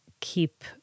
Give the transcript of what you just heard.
keep